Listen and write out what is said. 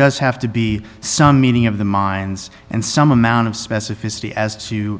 does have to be some meaning of the minds and some amount of specificity as to